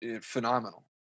phenomenal